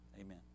Amen